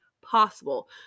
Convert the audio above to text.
possible